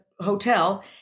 hotel